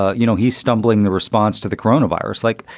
ah you know, he's stumbling the response to the coronavirus like,